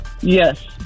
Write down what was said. Yes